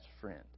friend